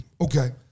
Okay